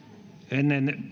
ennen